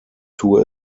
tue